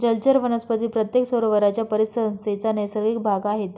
जलचर वनस्पती प्रत्येक सरोवराच्या परिसंस्थेचा नैसर्गिक भाग आहेत